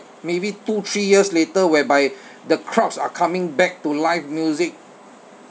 maybe two three years later whereby the crowds are coming back to live music